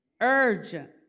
urgent